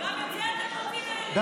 גם את זה אתם רוצים --- אומר את זה.